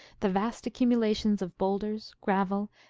the vast accumulations of boulders, gravel,